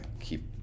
keep